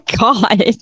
God